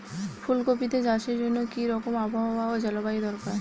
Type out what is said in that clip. ফুল কপিতে চাষের জন্য কি রকম আবহাওয়া ও জলবায়ু দরকার?